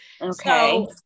Okay